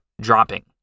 dropping